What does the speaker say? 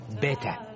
better